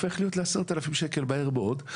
שהופך להיות ל-10,000 שקל מהר מאוד,